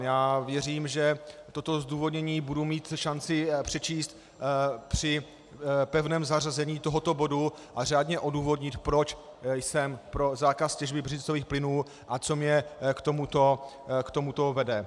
Já věřím, že toto zdůvodnění budu mít šanci přečíst při pevném zařazení tohoto bodu a řádně odůvodnit, proč jsem pro zákaz těžby břidlicových plynů a co mne k tomuto vede.